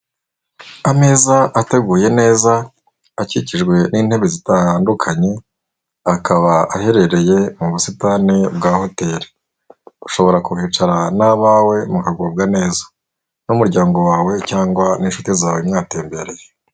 Ameza ateguye neza, akikijwe n'intebe zitandukanye, akaba aherereye mu busitani bwa hoteli. Ushobora kucarana n'abawe, mukagubwa neza. N'umuryango wawe cyangwa n'inshuti zawe, mwatembereye.